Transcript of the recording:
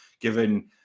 given